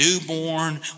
Newborn